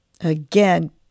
Again